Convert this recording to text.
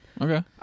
okay